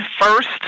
first